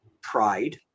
pride